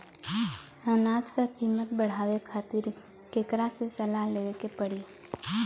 अनाज क कीमत बढ़ावे खातिर केकरा से सलाह लेवे के पड़ी?